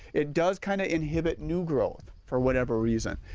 it does kind of inhibit new growth for whatever reason.